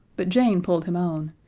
but jane pulled him on,